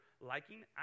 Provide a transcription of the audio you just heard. liking